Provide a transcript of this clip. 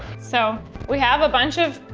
so we have a bunch of,